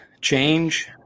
change